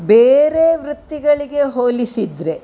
ಬೇರೆ ವೃತ್ತಿಗಳಿಗೆ ಹೋಲಿಸಿದ್ದರೆ